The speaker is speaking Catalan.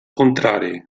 contrari